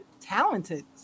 talented